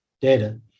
data